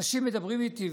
אנשים מדברים איתי ואומרים: